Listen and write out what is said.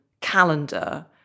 calendar